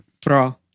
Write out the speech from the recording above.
Pro